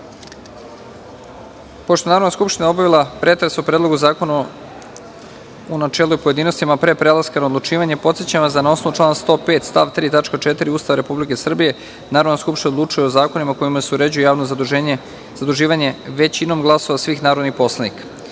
je Narodna skupština obavila pretres o Predlogu zakona u načelu i u pojedinostima, a pre prelaska na odlučivanje, podsećam vas da na osnovu člana 105. stav 3. tačka 4. Ustava Republike Srbije, Narodna skupština odlučuje o zakonima kojima se uređuju javno zaduživanje, većinom glasova svih narodnih poslanika. Prelazimo